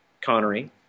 Connery